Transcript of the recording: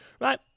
Right